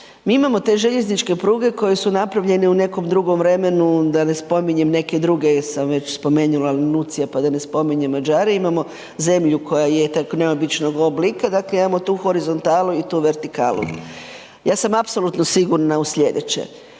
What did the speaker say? Mi imamo te željezničke pruge koje su napravljene u nekom drugom vremenu, da ne spominjem neke druge jer sam već spomenula Lenuzzija pa da ne spominjem Mađare, imamo zemlju koja je tako neobičnog oblika, dakle imamo tu horizontalu i tu vertikalu. Ja sam apsolutno sigurna u sljedeće,